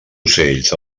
ocells